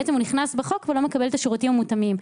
הוא נכנס בחוק, ולא מקבל את השירותים המותאמים.